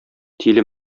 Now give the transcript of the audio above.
тиле